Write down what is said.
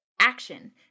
action